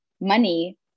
money